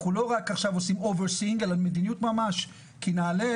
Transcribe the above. כי נעל"ה,